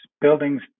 buildings